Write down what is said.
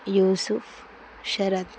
Yusuf Sarath